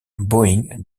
boeing